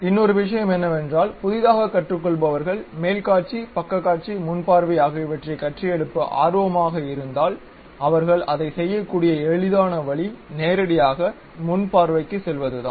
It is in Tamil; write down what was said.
இன்னொரு விஷயம் என்னவென்றால் புதிதாக கற்றுகொள்பவர்கள் மேல்க்காட்சி பக்கக் காட்சி முன் பார்வை ஆகியவற்றைக் கட்டியெழுப்ப ஆர்வமாக இருந்தால் அவர்கள் அதை செய்யக்கூடிய எளிதான வழி நேரடியாக முன் பார்வைக்குச் செல்வதுதான்